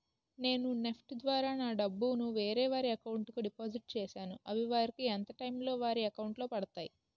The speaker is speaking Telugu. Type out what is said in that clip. నేను నెఫ్ట్ ద్వారా నా డబ్బు ను వేరే వారి అకౌంట్ కు డిపాజిట్ చేశాను అవి వారికి ఎంత టైం లొ వారి అకౌంట్ లొ పడతాయి?